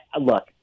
look